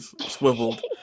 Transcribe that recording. swiveled